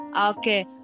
Okay